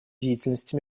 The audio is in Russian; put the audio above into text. деятельности